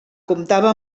comptava